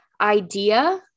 idea